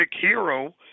hero